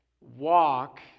walk